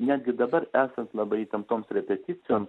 netgi dabar esant labai įtemptoms repeticijom